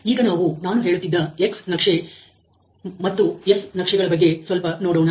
ಈಗ ನಾವು ನಾನು ಹೇಳುತ್ತಿದ್ದ X ನಕ್ಷೆ and S ನಕ್ಷೆಗಳ ಬಗ್ಗೆ ಸ್ವಲ್ಪ ನೋಡೋಣ